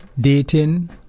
Dating